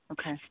Okay